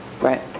Right